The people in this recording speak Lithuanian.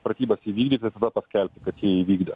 pratybas įvykdyti tada paskelbti kad jie įvykdė